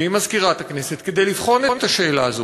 ועם מזכירת הכנסת כדי לבחון את השאלה הזאת.